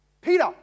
Peter